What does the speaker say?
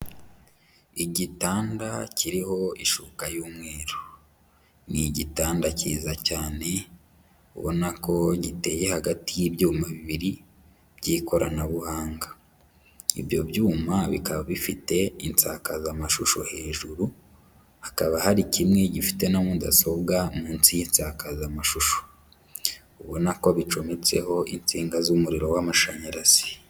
Igitanda kiriho ishuka y'umweru, ni igitanda cyiza cyane ubona ko giteye hagati y'ibyuma bibiri by'ikoranabuhanga, ibyo byuma bikaba bifite insakazamashusho hejuru, hakaba hari kimwe gifite na mudasobwa munsi y'insakazamashusho, ubona ko bicometseho insinga z'umuriro w'amashanyarazi.